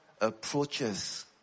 approaches